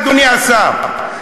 אדוני השר,